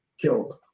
killed